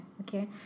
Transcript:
okay